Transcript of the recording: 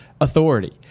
authority